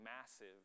massive